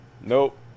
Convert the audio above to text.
Nope